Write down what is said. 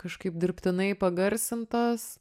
kažkaip dirbtinai pagarsintos